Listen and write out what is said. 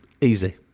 Easy